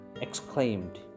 exclaimed